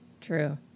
True